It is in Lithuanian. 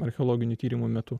archeologinių tyrimų metu